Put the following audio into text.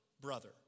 brother